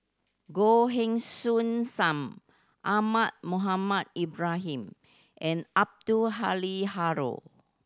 Goh Heng Soon Sam Ahmad Mohamed Ibrahim and Abdul Halim Haron